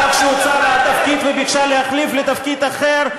כשהוצע לה התפקיד וביקשה להחליף לתפקיד אחר,